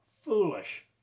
foolish